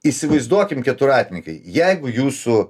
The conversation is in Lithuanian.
įsivaizduokim keturratininkai jeigu jūsų